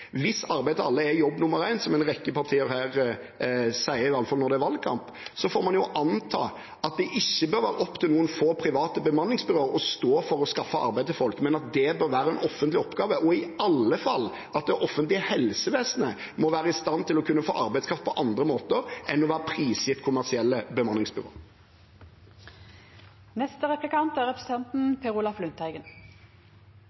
Hvis arbeid til alle er jobb nummer én, som en rekke partier her sier – i hvert fall når det er valgkamp – får man anta at det ikke bør være opp til noen få private bemanningsbyråer å stå for det å skaffe arbeid til folk, men at det bør være en offentlig oppgave. Det offentlige helsevesenet må i alle fall være i stand til å kunne få arbeidskraft på andre måter enn å være prisgitt kommersielle